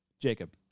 Jacob